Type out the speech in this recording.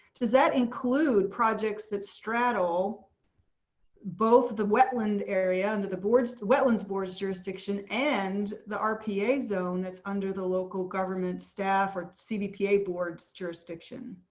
does that include projects that straddle both the wetland area under the boards, the wetlands boards jurisdiction and the rpa zone that's under the local government staff or cbpa boards jurisdiction.